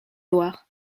loir